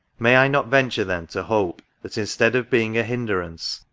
may i not venture, then, to hope, that instead of being a hinderance,